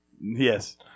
Yes